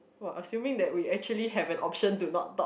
!woah! assuming that we actually have an option to not talk